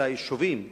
היישובים הגדולים,